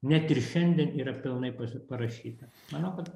net ir šiandien yra pilnai pasi parašyta manau kad